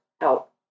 help